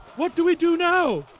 what do we do now!